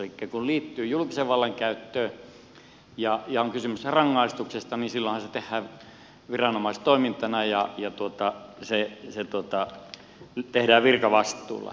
elikkä kun liittyy julkisen vallan käyttöön ja on kysymys rangaistuksesta niin silloinhan se tehdään viranomaistoimintana ja se tehdään virkavastuulla